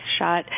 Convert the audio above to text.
shot